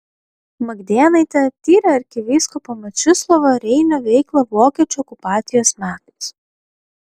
magdėnaitė tyrė arkivyskupo mečislovo reinio veiklą vokiečių okupacijos metais